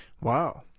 wow